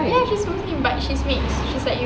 ya she's muslim but she's mixed she's like you